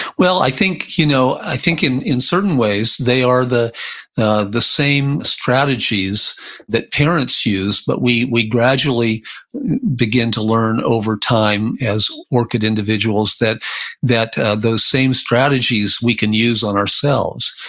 well, i think you know i think in in certain ways, they are the the same strategies that parents use, but we we gradually begin to learn over time as orchid individuals that that ah those same strategies we can use on ourselves.